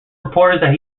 reporters